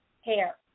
hair